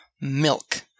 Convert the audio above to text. Milk